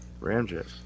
Ramjet